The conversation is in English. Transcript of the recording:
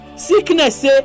Sickness